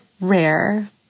rare